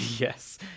Yes